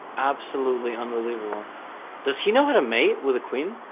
absolutely unbelievable does he know how to mate with a queen